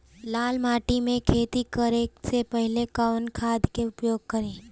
लाल माटी में खेती करे से पहिले कवन खाद के उपयोग करीं?